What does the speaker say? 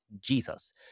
Jesus